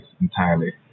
entirely